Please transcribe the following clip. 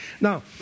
Now